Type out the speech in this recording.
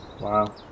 Wow